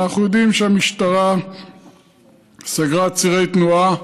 אנחנו יודעים שהמשטרה סגרה צירי תנועה,